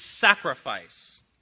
sacrifice